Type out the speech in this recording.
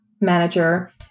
manager